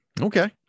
Okay